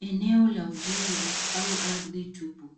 Eneo la ujenzi au ardhi tupu.